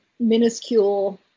minuscule